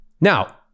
Now